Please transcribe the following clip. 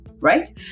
Right